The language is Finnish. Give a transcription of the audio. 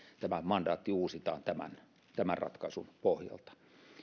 tämä mandaatti uusitaan tämän tämän ratkaisun pohjalta